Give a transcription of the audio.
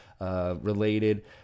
related